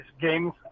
games